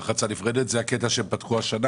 זה הקטע שהם פתחו השנה?